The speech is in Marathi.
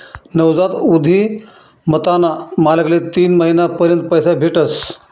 नवजात उधिमताना मालकले तीन महिना पर्यंत पैसा भेटस